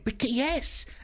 yes